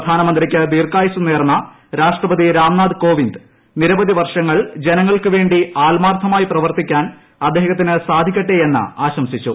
പ്രധാനമന്ത്രിക്ക് ദീർഘായുസ് നേർന്ന രാഷ്ട്രപതി രാംനാഥ് കോവിന്ദ് നിരവധി വർഷങ്ങൾ ജനങ്ങൾക്കു വേണ്ടി ആത്മാർത്ഥമായി പ്രവർത്തിക്കാൻ അദ്ദേഹത്തിന് സാധിക്കട്ടെ എന്ന് ആശംസിച്ചു